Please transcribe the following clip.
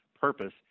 purpose